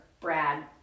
Brad